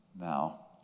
Now